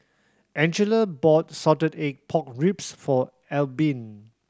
Angela bought salted egg pork ribs for Albin